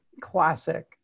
classic